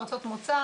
ארצות מוצא,